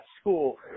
school